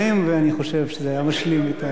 ואני חושב שזה היה משלים את,